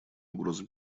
угроза